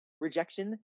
rejection